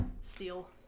steal